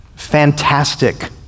Fantastic